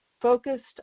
focused